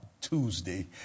Tuesday